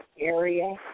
area